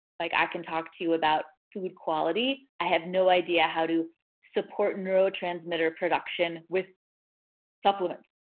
like i can talk to you about food quality. i have no idea how to support neurotransmitter production with supplements.